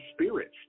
spirits